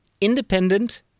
Independent